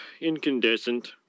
Incandescent